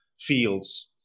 fields